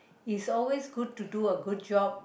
is always good to do a good job